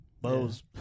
bows